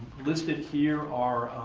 listed here are,